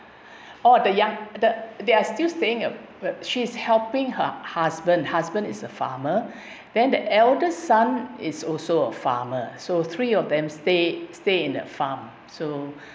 oh the young the they are still staying at~ but she's helping her husband husband is a farmer then the eldest son is also a farmer so three of them stay stay in that farm so